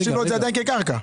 תחשיבו את זה עדיין כקרקע,